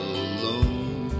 alone